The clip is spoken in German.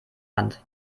hand